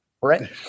Right